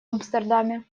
амстердаме